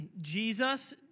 Jesus